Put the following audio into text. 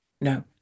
No